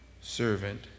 servant